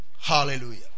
Hallelujah